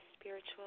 spiritual